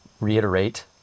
reiterate